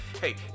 Hey